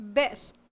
best